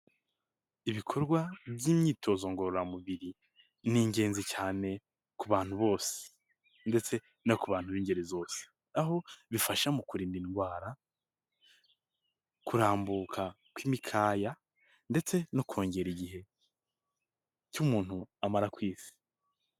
Ibikorwa by'imyitozo ngororamubiri ni ingenzi cyane ku bantu bose ndetse no ku bantu b'ingeri zose, aho bifasha mu kurinda indwara, kurambuka kw'imikaya ndetse no kongera igihe cy'umuntu amara ku Isi.